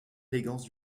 élégance